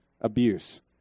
abuse